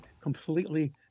completely